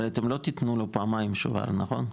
הרי אתם לא תיתנו לו פעמיים שובר, נכון?